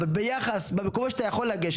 ואם ישנם דוברים שרוצים להתייחס,